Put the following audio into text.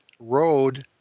road